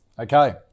Okay